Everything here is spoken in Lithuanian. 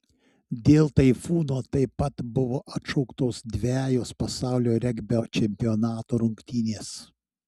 dėl taifūno taip pat buvo atšauktos dvejos pasaulio regbio čempionato rungtynės